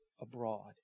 abroad